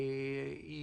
היא